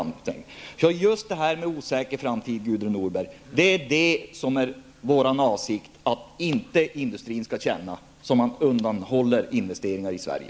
Vår avsikt är just att industrin inte skall känna en osäker framtid, så att de undanhåller investeringar i Sverige.